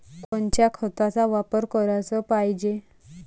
कोनच्या खताचा वापर कराच पायजे?